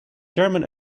german